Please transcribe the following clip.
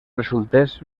resultés